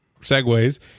segues